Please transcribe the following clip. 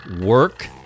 work